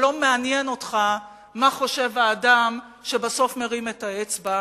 כשלא מעניין אותך מה חושב האדם שבסוף מרים את האצבע.